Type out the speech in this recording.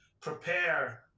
prepare